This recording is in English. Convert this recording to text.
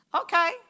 Okay